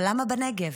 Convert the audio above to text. אבל למה בנגב?